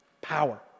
power